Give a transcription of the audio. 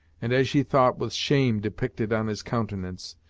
and as she thought, with shame depicted on his countenance,